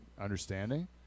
understanding